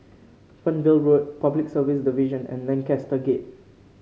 Fernvale Road Public Service Division and Lancaster Gate